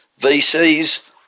VCs